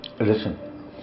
Listen